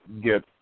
get